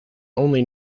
only